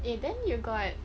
eh then you got